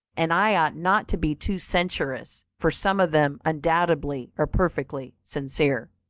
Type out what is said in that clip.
and i ought not to be too censorious, for some of them undoubtedly are perfectly sincere.